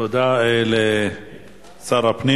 תודה לשר הפנים.